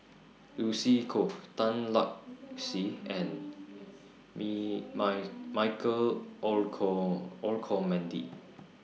Lucy Koh Tan Lark Sye and Michael Olcomendy